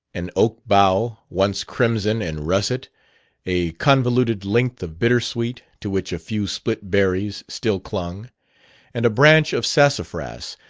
an oak bough, once crimson and russet a convoluted length of bittersweet, to which a few split berries still clung and a branch of sassafras,